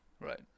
Right